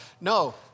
No